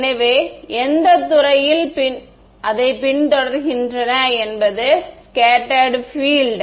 எனவே எந்த துறைகள் அதைப் பின்தொடர்கின்றன என்பது ஸ்கேட்டேர்ட் பில்ட்